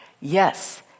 Yes